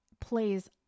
plays